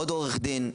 עוד עורך דין.